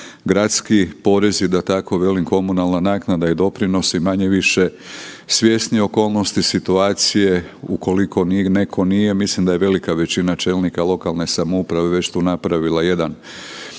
Gradski porez je da tako velim komunalna naknada i doprinosi manje-više svjesni okolnosti situacije ukoliko njih netko nije, mislim da je velika većina čelnika lokalne samouprave već tu napravila jedan